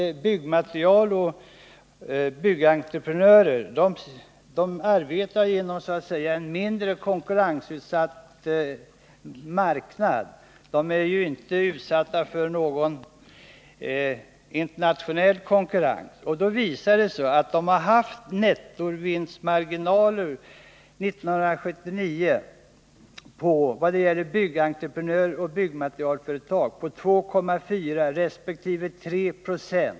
Byggmaterialföretag och byggentreprenörer arbetar inom en så att säga mindre konkurrensutsatt marknad. De är inte utsatta för någon internationell konkurrens. Då visar det sig att byggentreprenörer och byggmaterialföretag 1979 hade nettovinstmarginaler på 2,4 9o resp. 3 Zo.